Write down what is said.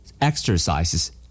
Exercises